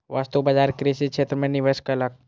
वस्तु बजार कृषि क्षेत्र में निवेश कयलक